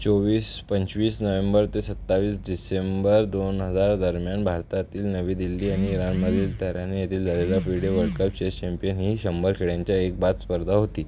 चोवीस पंचवीस नोव्हेंबर ते सत्तावीस डिसेंबर दोन हजार दरम्यान भारतातील नवी दिल्ली आणि इराणमधील तेहरान येथील झालेला फिडे वर्ल्डकप चेस चॅम्पियन ही शंभर खेळ्यांच्या एक बाद स्पर्धा होती